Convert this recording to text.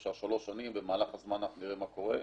אפשר שלוש שנים, במהלך הזמן אנחנו נראה מה קורה,